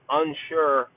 unsure